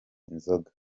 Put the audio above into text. inzoga